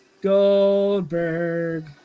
Goldberg